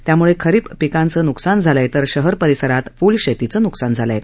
त्यामुळे खरीप पिकांचे न्कसान झाले आहे तर शहर परिसरात फूल शेतीचं नुकसान झालं आहे